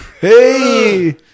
Hey